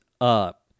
up